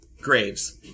Graves